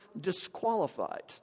disqualified